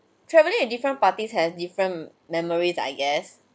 travelling with different parties has different memories I guess